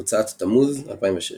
הוצאת תמוז, 2006